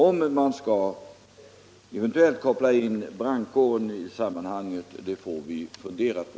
Om brandkåren eventuellt skall koppläs in i sammanhanget får vi fundera på.